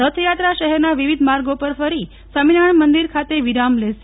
રથયાત્રા શહેરના વિવિધ માર્ગો પર ફરી સ્વામિનારાયજ્ઞ મંદિર ખાતે વિરામ લેશે